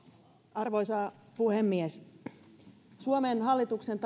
arvoisa puhemies suomen hallituksen